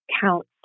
counts